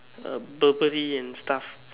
uh verbally and stuff